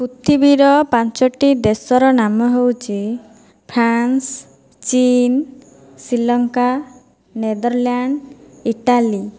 ପୃଥିବୀର ପାଞ୍ଚଟି ଦେଶର ନାମ ହେଉଛି ଫ୍ରାନ୍ସ ଚୀନ ଶ୍ରୀଲଙ୍କା ନେଦରଲ୍ୟାଣ୍ଡ ଇଟାଲି